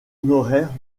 honoraire